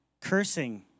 cursing